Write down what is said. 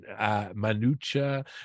Manucha